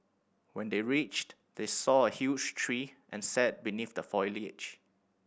when they reached they saw a huge tree and sat beneath the foliage